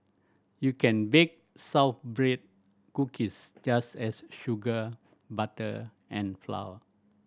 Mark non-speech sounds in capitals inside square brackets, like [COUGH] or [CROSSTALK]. you can bake [UNINTELLIGIBLE] cookies just as sugar butter and flour